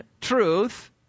truth